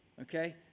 Okay